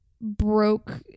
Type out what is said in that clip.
broke